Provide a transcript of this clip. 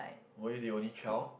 were you the only child